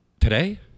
Today